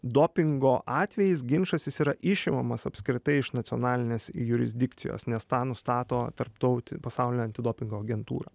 dopingo atvejais ginčas jis yra išimamas apskritai iš nacionalinės jurisdikcijos nes tą nustato tarptautinė pasaulinė antidopingo agentūra